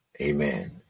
Amen